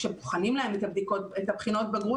כשבודקים להם את בחינות הבגרות,